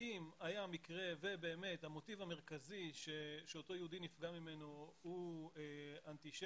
אם היה מקרה ובאמת המוטיב המרכזי שאותו יהודי נפגע ממנו הוא אנטישמיות